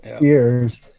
Years